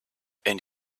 and